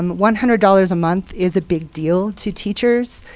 um one hundred dollars a month is a big deal to teachers,